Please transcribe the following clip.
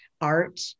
art